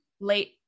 Late